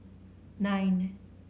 nine